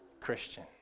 Christian